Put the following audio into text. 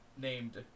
named